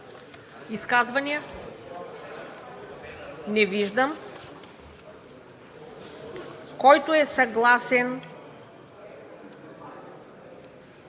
Изказвания? Не виждам. Който е съгласен